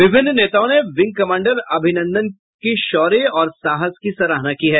विभिन्न नेताओं ने विंग कमांडर अभिनंदन की शौर्य और साहस की सराहना की है